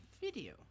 Video